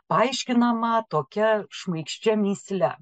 paaiškinama tokia šmaikščia mįsle